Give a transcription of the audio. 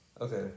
Okay